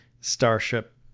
starship